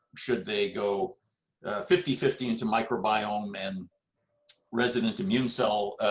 should they go fifty fifty into microbiome and resident immune cell